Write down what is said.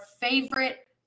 Favorite